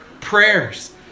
prayers